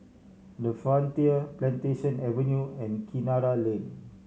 The Frontier Plantation Avenue and Kinara Lane